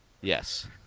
Yes